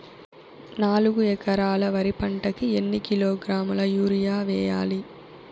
నాలుగు ఎకరాలు వరి పంటకి ఎన్ని కిలోగ్రాముల యూరియ వేయాలి?